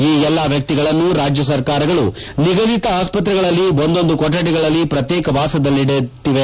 ಈ ಎಲ್ಲಾ ವ್ಯಕ್ತಿಗಳನ್ನು ರಾಜ್ಯ ಸರ್ಕಾರಗಳು ನಿಗದಿತ ಆಸ್ಪತ್ರೆಗಳಲ್ಲಿ ಒಂದೊಂದು ಕೊಠಡಿಗಳಲ್ಲಿ ಪ್ರತ್ಯೇಕ ವಾಸದಲ್ಲಿಡಲಾಗಿದೆ